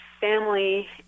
family